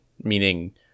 meaning